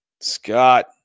Scott